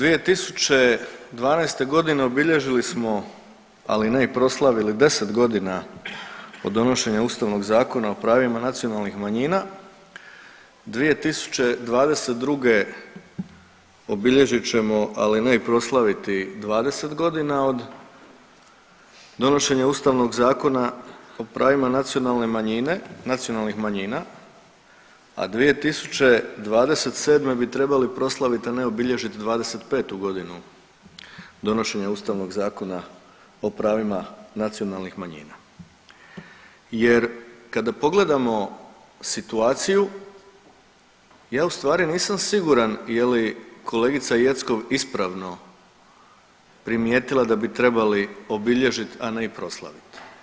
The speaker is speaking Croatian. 2012.g. obilježili smo, ali ne i proslavili 10 godina od donošenja Ustavnog zakona o pravima nacionalnih manjina, 2022. obilježit ćemo, ali ne i proslaviti 20 godina od donošenja Ustavnog zakona o pravima nacionalnih manjina, a 2027. bi trebali proslavit, ali ne obilježit 25. godinu donošenja Ustavnog zakona o pravima nacionalnih manjina jer kada pogledamo situaciju ja ustvari nisam siguran je li kolegica Jeckov ispravno primijetila da bi trebali obilježit, a ne i proslavit.